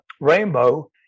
Rainbow